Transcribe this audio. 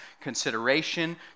consideration